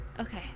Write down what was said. Okay